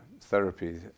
therapy